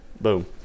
Boom